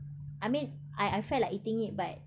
I mean I I felt like eating it but like